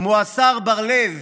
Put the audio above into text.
כמו השר בר לב,